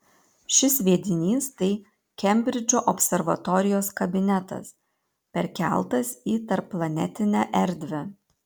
šis sviedinys tai kembridžo observatorijos kabinetas perkeltas į tarpplanetinę erdvę